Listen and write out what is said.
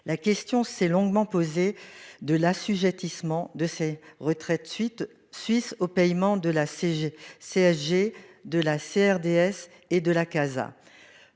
La question s'est longuement posé de l'assujettissement de ces retraits de suite suisse au paiement de la CSG CSG, de la CRDS et de la Casa.